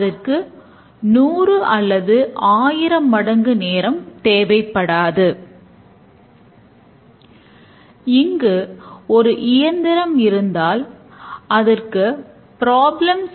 அங்கு நாம் எஸ்ஆர்எஸ் செய்யப்படுவதை நம்மால் பார்க்க முடிகிறது